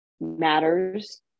matters